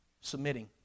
Submitting